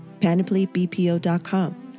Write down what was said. Panoplybpo.com